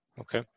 Okay